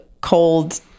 cold